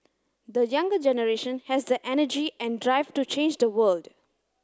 the younger generation has the energy and drive to change the world